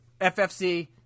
FFC